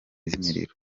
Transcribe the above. z’imiriro